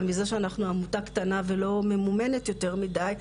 מזה שאנחנו עמותה קטנה ולא ממומנת יותר מידי,